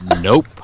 nope